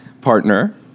partner